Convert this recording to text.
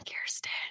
Kirsten